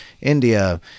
India